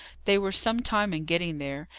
they were some time in getting there.